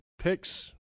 picks